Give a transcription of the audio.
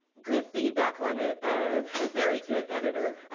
good feedback on it. um very good editor,